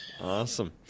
Awesome